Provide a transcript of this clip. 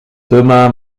demain